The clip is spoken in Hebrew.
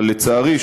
לצערי,